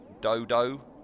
Dodo